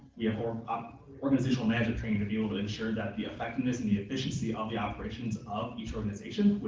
we have um um organizational management training to be able to ensure that the effectiveness and the efficiency of the operations of each organization,